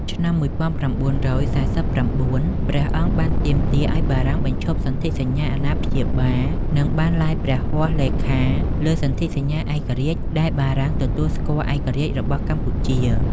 ឆ្នាំ១៩៤៩ ព្រះអង្គបានទាមទារឱ្យបារាំងបញ្ឈប់សន្ធិសញ្ញាអាណាព្យាបាល និងបានឡាយព្រះហស្តលេខាលើសន្ធិសញ្ញាឯករាជ្យដែលបារាំងទទួលស្គាល់ឯករាជ្យរបស់កម្ពុជា។